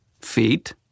feet